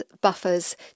buffers